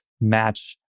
match